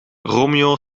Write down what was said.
romeo